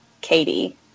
Katie